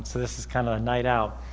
so this is kind of a night out.